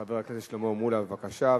חבר הכנסת שלמה מולה, בבקשה.